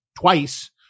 twice